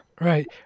right